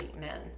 men